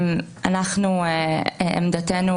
עמדתנו,